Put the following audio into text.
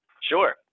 Sure